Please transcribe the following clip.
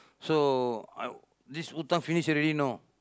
so I this hutang finish already know